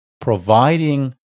providing